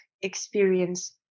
experience